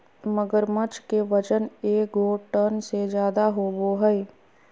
मगरमच्छ के वजन एगो टन से ज्यादा होबो हइ